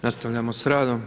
Nastavljamo sa radom.